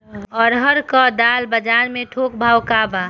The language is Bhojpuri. अरहर क दाल बजार में थोक भाव का बा?